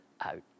out